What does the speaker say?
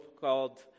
called